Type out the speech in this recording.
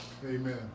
Amen